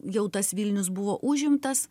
jau tas vilnius buvo užimtas